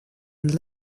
and